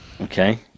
Okay